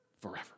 forever